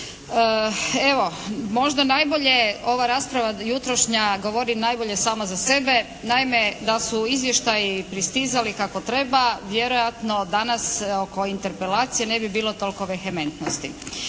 Evo možda najbolje ova rasprava jutrošnja govori najbolje sama za sebe. Naime, da su izvještaji pristizali kako treba vjerojatno danas oko interpelacije ne bi bilo toliko vehementnosti.